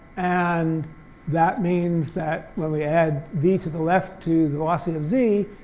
and that means that when we add v to the left to the velocity of z,